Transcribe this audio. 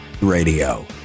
radio